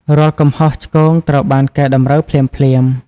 រាល់កំហុសឆ្គងត្រូវបានកែតម្រូវភ្លាមៗ។